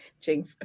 Jing